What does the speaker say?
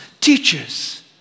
teachers